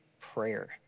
prayer